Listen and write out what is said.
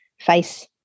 face